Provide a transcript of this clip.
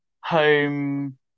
home